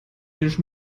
sich